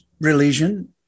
religion